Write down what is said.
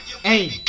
Hey